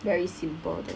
very simple